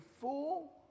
fool